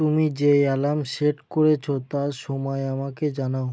তুমি যে alarm set করেছ তার সময় আমাকে জানাও